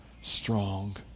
strong